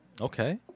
Okay